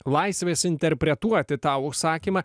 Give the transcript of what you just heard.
laisvės interpretuoti tą užsakymą